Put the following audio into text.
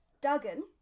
duggan